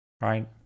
right